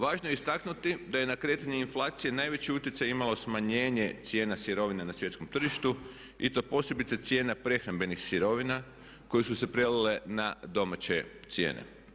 Važno je istaknuti da je na kretanje inflacije najveći utjecaj imalo smanjenje cijena sirovine na svjetskom tržištu i to posebice cijena prehrambenih sirovina koje su se prelile na domaće cijene.